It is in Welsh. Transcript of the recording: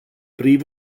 brif